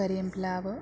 Kariyamplavu